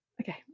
Okay